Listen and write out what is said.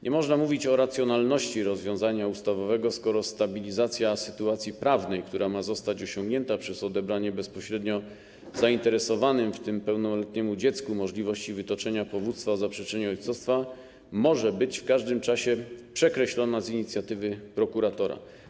Nie można mówić o racjonalności rozwiązania ustawowego, skoro stabilizacja sytuacji prawnej, która ma zostać osiągnięta przez odebranie bezpośrednio zainteresowanym, w tym pełnoletniemu dziecku, możliwości wytoczenia powództwa o zaprzeczenie ojcostwa, może być w każdym czasie przekreślona z inicjatywy prokuratora.